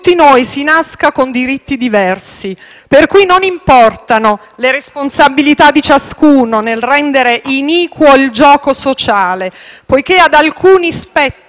Grazie